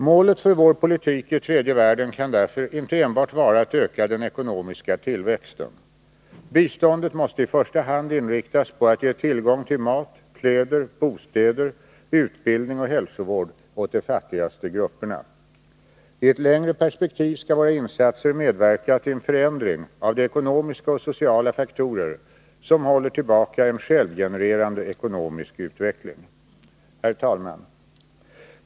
Målet för vår politik i tredje världen kan därför inte enbart vara att öka den ekonomiska tillväxten. Biståndet måste i första hand inriktas på att ge tillgång till mat, kläder, bostäder, utbildning och hälsovård åt de fattigaste grupperna. I ett längre perspektiv skall våra insatser medverka till en förändring av de ekonomiska och sociala faktorer som håller tillbaka en självgenererande ekonomisk utveckling. Herr talman!